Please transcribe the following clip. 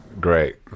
great